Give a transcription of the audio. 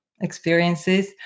experiences